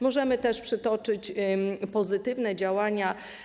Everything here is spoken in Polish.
Możemy też przytoczyć pozytywne działania.